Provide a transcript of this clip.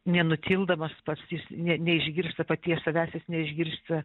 nenutildamas pats jis ne neišgirsta paties savęs jis neišgirsta